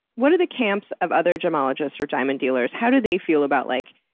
what are the camps of other gemologists or diamond dealers? how did they feel about, like,